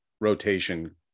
Rotation